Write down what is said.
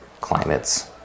climates